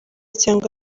cyangwa